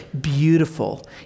beautiful